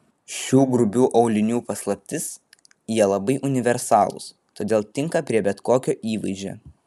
šių grubių aulinių paslaptis jie labai universalūs todėl tinka prie bet kokio įvaizdžio